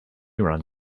run